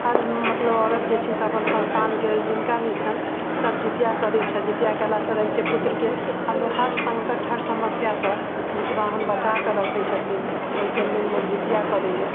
हर मतलब औरत जे छै अपन संतान के जिनका भी छनि सब जीतिया करै छथि जीतिया केला से कहय छै पुत्र के हर संकट हर समस्या सॅं जीतवाहन बचा के रखै छथिन ओहि के लेल लोक जीतिया करैया